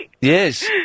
yes